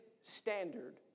standard